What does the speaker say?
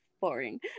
boring